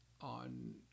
on